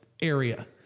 area